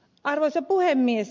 arvoisa puhemies